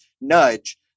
nudge